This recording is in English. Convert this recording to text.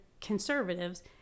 conservatives